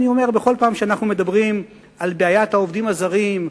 בכל פעם שאנחנו מדברים על בעיית העובדים הזרים,